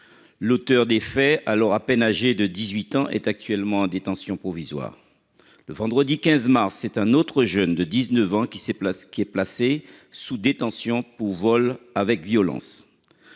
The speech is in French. L’auteur des faits, âgé de 18 ans à peine, est actuellement en détention provisoire. Le vendredi 15 mars, un autre jeune de 19 ans a été placé en détention pour vol avec violence.